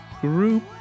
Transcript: group